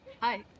Hi